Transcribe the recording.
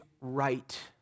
right